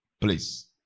Please